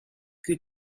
que